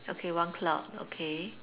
okay one cloud okay